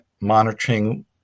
monitoring